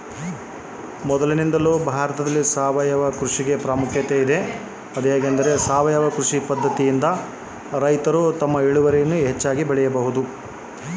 ಭಾರತದಲ್ಲಿ ಸಾವಯವ ಕೃಷಿಯ ಪ್ರಾಮುಖ್ಯತೆ ಎನು?